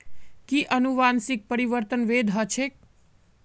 कि अनुवंशिक परिवर्तन वैध ह छेक